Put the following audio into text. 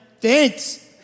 thanks